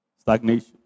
Stagnation